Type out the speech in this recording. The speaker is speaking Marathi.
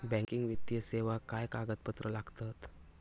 बँकिंग वित्तीय सेवाक काय कागदपत्र लागतत?